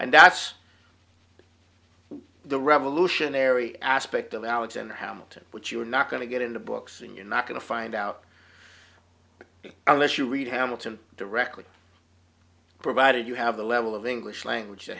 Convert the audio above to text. and that's the revolutionary aspect of alexander hamilton but you're not going to get into books and you're not going to find out unless you read hamilton directly provided you have the level of english language t